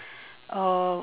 or